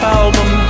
album